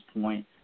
point